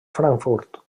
frankfurt